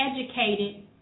educated